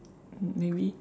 maybe